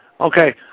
Okay